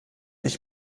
ich